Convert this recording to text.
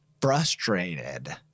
frustrated